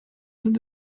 sind